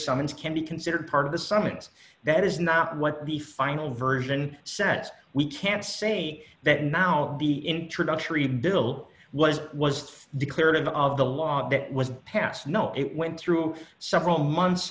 summons can be considered part of the summons that is not what the final version sets we can't say that now the introductory bill was was declarative of the law that was passed no it went through several months